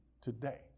today